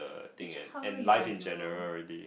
it's just how well you argue lor